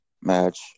match